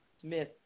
Smith